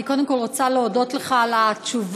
אני קודם כול רוצה להודות לך על התשובה